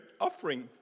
offering